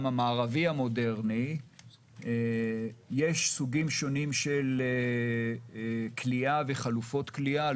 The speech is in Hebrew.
המערבי המודרני יש סוגים שונים של כליאה וחלופות כליאה.